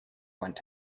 went